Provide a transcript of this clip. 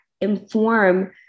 inform